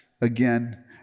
again